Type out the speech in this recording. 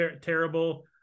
terrible